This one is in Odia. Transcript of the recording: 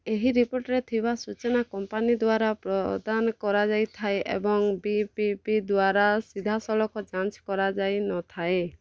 ଏହି ରିପୋର୍ଟରେ ଥିବା ସୂଚନା କମ୍ପାନୀ ଦ୍ୱାରା ପ୍ରଦାନ କରାଯାଇଥାଏ ଏବଂ ବି ବି ବି ଦ୍ୱାରା ସିଧାସଳଖ ଯାଞ୍ଚ୍ କରାଯାଇନଥାଏ